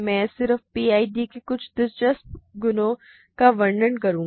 मैं सिर्फ पीआईडी के कुछ दिलचस्प गुणों का वर्णन करूंगा